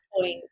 point